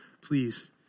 Please